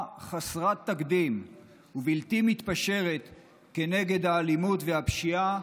חסרת תקדים ובלתי מתפשרת כנגד האלימות והפשיעה